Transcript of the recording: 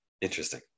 Interesting